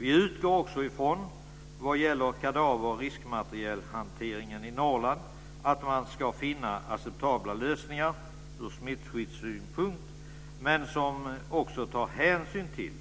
Vi utgår också ifrån, vad gäller kadaver och riskmaterialhanteringen i Norrland, att man ska finna acceptabla lösningar ur smittskyddssynpunkt där hänsyn tas till